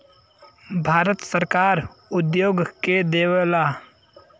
भारत सरकार उद्योग के देवऽला